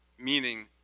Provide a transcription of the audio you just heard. meaning